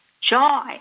joy